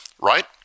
right